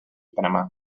panamá